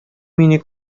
мине